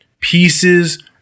pieces